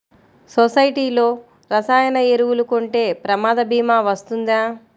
సొసైటీలో రసాయన ఎరువులు కొంటే ప్రమాద భీమా వస్తుందా?